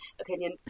opinion